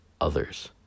others